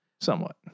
somewhat